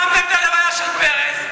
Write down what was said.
למה החרמתם את ההלוויה של פרס?